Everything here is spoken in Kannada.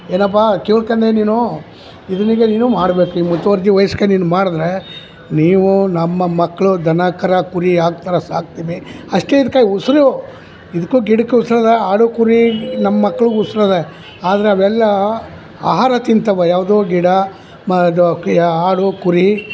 ಏನಪ್ಪಾ ಕೇಳ್ಕೊಂಡೆ ನೀನು ಇದುನ್ನ ಈಗ ನೀನು ಮಾಡ್ಬೇಕು ಈ ಮುತುವರ್ಜಿ ವಹಿಸ್ಕೊಂಡ್ ನೀನು ಮಾಡಿದರೆ ನೀವು ನಮ್ಮ ಮಕ್ಕಳು ದನ ಕರು ಕುರಿ ಯಾವ ಥರ ಸಾಕ್ತಿನಿ ಅಷ್ಟೇ ಇದ್ಕೆ ಉಸಿರು ಇದ್ಕು ಗಿಡಕ್ಕು ಉಸಿರದ ಆಡು ಕುರಿ ನಮ್ಮ ಮಕ್ಳಗೆ ಉಸಿರದ ಆದರೆ ಅವೆಲ್ಲ ಆಹಾರ ತಿಂತಾವ ಯಾವುದು ಗಿಡ ಇದು ಕ ಆಡು ಕುರಿ